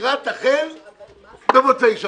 הספירה תחל במוצאי שבת.